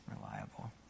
Reliable